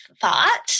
thought